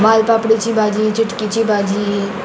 वालपापडेची भाजी चिटकेची भाजी